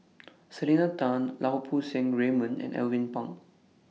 Selena Tan Lau Poo Seng Raymond and Alvin Pang